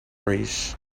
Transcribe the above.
reach